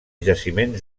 jaciments